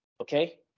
okay